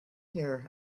here